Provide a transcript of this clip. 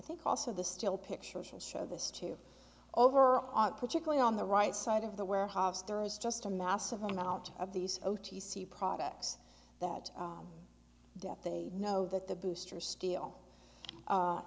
think also the still pictures will show this to over particularly on the right side of the warehouse there is just a massive amount of these o t c products that death they know that the booster steel